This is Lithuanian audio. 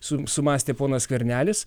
su sumąstė ponas skvernelis